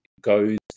goes